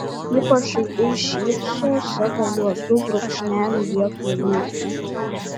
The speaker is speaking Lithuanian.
ji pašaipiai šypso savo juodu brūkšneliu vietoj lūpų